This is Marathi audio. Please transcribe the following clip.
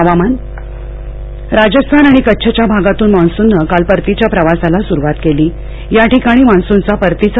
हवामानः राजस्थान आणि कच्छच्या भागातून मान्सूननं काल परतीच्या प्रवासाला सुरुवात केलीया ठिकाणी मान्सूनचा परतीचा